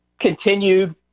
continued